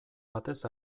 batez